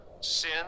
sin